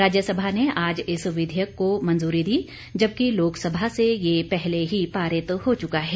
राज्यसभा ने आज इस विधेयक को मंजूरी दी जबकि लोकसभा से ये पहले ही पारित हो चुका है